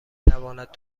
تواند